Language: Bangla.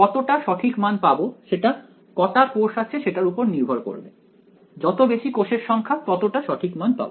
কতটা সঠিক মান পাব সেটা কটা কোষ আছে সেটার উপর নির্ভর করবে যত বেশি কোষের সংখ্যা ততটা সঠিক মান পাব